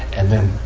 and then